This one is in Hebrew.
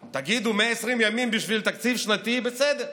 תגידו: 120 ימים בשביל תקציב שנתי, בסדר,